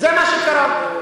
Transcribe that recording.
מושג על מה אתה מדבר.